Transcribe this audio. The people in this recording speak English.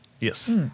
Yes